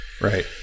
Right